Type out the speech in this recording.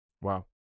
Wow